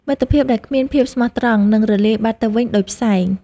មិត្តភាពដែលគ្មានភាពស្មោះត្រង់ នឹងរលាយបាត់ទៅវិញដូចផ្សែង។